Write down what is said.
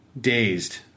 Dazed